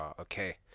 okay